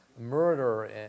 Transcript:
murder